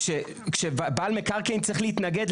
כשבעל מקרקעין צריך להתנגד,